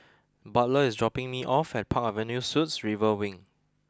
Butler is dropping me off at Park Avenue Suites River Wing